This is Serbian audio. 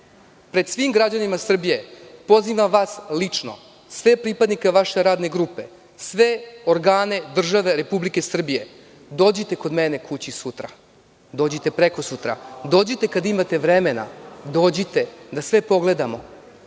Pred svim građanima Srbije, pozivam vas lično, sve pripadnike vaše radne grupe, sve organe države Republike Srbije, dođite kod mene kući sutra, dođite prekosutra, dođite kada imate vremena, dođite da sve pogledamo.